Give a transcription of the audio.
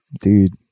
Dude